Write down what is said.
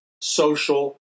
social